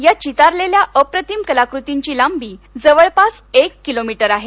या चितारलेल्या अप्रतिम कलाकृतींची लांबी जवळपास एक किलोमीटर आहे